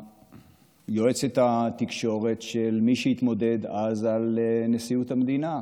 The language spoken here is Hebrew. יועצת התקשורת של מי שהתמודד אז על נשיאות המדינה,